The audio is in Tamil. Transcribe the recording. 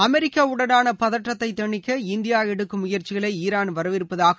அமெரிக்காவுடனான பதற்றத்தை தணிக்க இந்தியா எடுக்கும் முயற்சிகளை ஈரான் வரவேற்பதாக